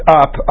up